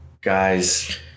guys